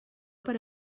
per